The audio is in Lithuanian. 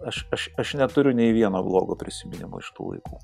aš aš aš neturiu nei vieno blogo prisiminimo iš tų laikų